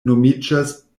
nomiĝas